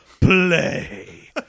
play